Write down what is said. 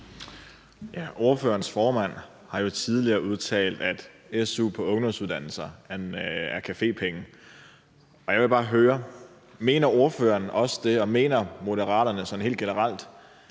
Ordførerens formand har jo tidligere udtalt, at su på ungdomsuddannelser er cafépenge, og jeg vil bare høre, om ordføreren også mener det, og om Moderaterne sådan helt generelt